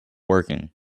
working